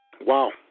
wow